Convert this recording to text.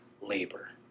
labor